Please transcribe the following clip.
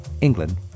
England